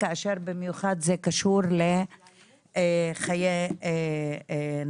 כאשר במיוחד זה קשור לחיי נשים,